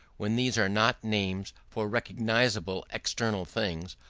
when these are not names for recognisable external things,